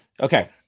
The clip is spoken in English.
Okay